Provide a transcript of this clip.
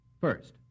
First